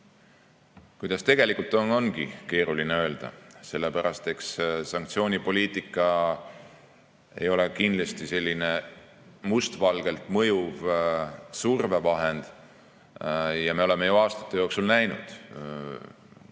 Kuidas tegelikult on, ongi keeruline öelda. Ega sanktsioonipoliitika ei ole kindlasti selline must valgel mõjuv survevahend. Me oleme ju aastate jooksul näinud, kui palju